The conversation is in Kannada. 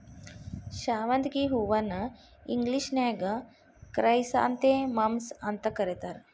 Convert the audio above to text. ಶಾವಂತಿಗಿ ಹೂವನ್ನ ಇಂಗ್ಲೇಷನ್ಯಾಗ ಕ್ರೈಸಾಂಥೆಮಮ್ಸ್ ಅಂತ ಕರೇತಾರ